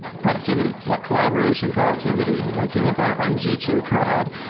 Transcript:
productivity. yeah, collaboration productivity. you know if you look on on g two crowd,